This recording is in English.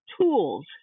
tools